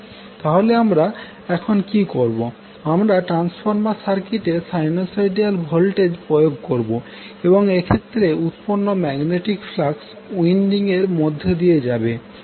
তাহলে আমরা এখন কী করবো আমরা ট্রান্সফর্মার সার্কিটের সাইনোসোডিয়াল ভোল্টেজ প্রয়োগ করবো এবং এক্ষেত্রে উৎপন্ন ম্যাগনেটিক ফ্লাক্স উইন্ডিং এর মধ্য দিয়ে যাব